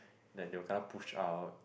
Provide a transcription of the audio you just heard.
then they will kena push out